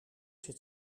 zit